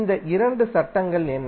இந்த இரண்டு சட்டங்கள் என்ன